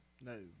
No